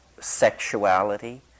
sexuality